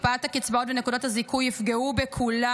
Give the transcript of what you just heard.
הקפאת הקצבאות ונקודות הזיכוי יפגעו בכולם,